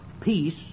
peace